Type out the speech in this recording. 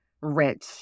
rich